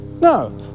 No